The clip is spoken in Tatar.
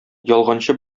ялганчы